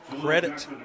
Credit